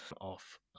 off